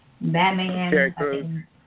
Batman